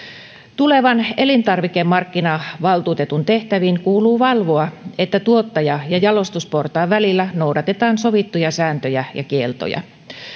tulevan elintarvikemarkkinavaltuutetun tehtäviin kuuluu valvoa että tuottaja ja jalostusportaan välillä noudatetaan sovittuja sääntöjä ja kieltoja